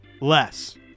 less